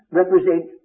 represent